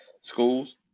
schools